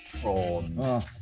prawns